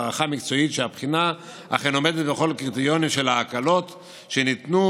להערכה מקצועית שהבחינה אכן עומדת בכל הקריטריונים של ההקלות שניתנו